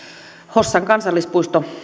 hossan kansallispuisto